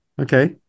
okay